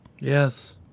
Yes